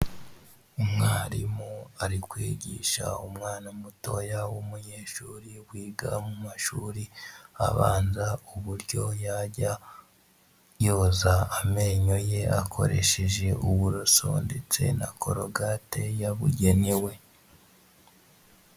Umwarimu ari kwigisha umwana mutoya w'umunyeshuri wiga mu mashuri abanza uburyo yajya yoza amenyo ye akoresheje uburoso ndetse na korogate yabugenewe.